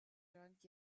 drunk